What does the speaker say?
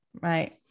right